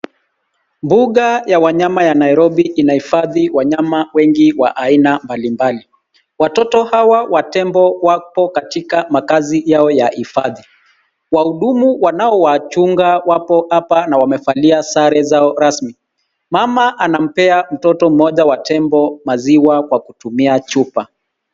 Mbuga ya wanyama ya Nairobi inahifadhi wanyama wengi wa aina mbalimbali. Watoto hawa wa tembo wapo katika makazi yao ya hifadhi. Wahudumu wanaowachunga wapo hapa na wamevalia sare zao rasmi. Mama anampea mtoto mmoja wa tembo maziwa kwa kutumia chupa.